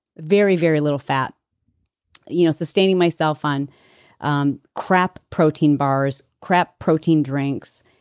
very, very little fat you know sustaining myself on on crap protein bars, crap protein drinks,